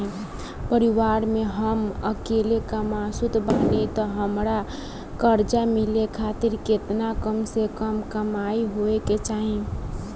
परिवार में हम अकेले कमासुत बानी त हमरा कर्जा मिले खातिर केतना कम से कम कमाई होए के चाही?